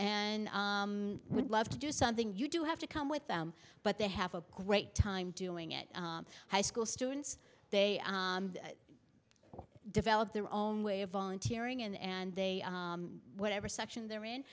and i would love to do something you do have to come with them but they have a great time doing it high school students they develop their own way of volunteering and they whatever section they're